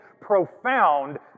profound